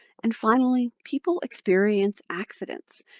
and finally, people experience accidents.